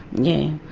yeah.